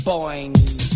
Boing